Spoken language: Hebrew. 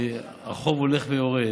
החוב הולך ויורד.